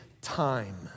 time